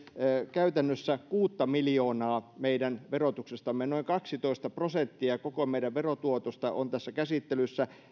käytännössä kuutta miljoonaa meidän verotuksestamme noin kaksitoista prosenttia koko meidän verotuotostamme on tässä käsittelyssä